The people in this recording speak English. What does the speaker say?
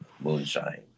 moonshine